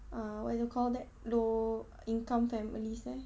uh what do you call that low income families eh